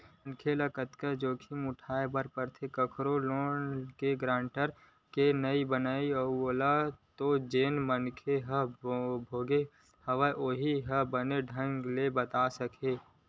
मनखे ल कतेक जोखिम उठाय बर परथे कखरो लोन के गारेंटर के बनई म ओला तो जेन मनखे ह भोगे हवय उहीं ह बने ढंग ले बता सकत हे